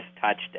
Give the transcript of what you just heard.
touched